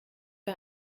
bei